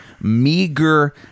meager